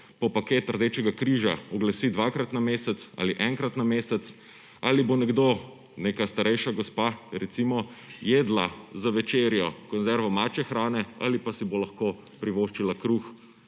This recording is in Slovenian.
po paket Rdečega križa oglasi dvakrat na mesec ali enkrat na mesec, ali bo nekdo, neka starejša gospa, recimo, jedla za večerjo konzervo mačje hrane ali pa si bo lahko privoščila svež